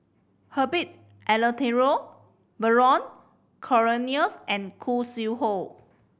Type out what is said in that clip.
Herbert Eleuterio Vernon Cornelius and Khoo Sui Hoe